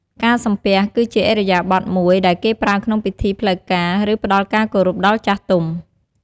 ការសំពះ គឺជាឥរិយាបថមួយដែលគេប្រើក្នុងពិធីផ្លូវការ ឬ ផ្តល់ការគោរពដល់ចាស់ទុំ។